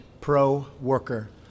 pro-worker